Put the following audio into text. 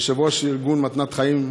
יושב-ראש ארגון מתנת חיים,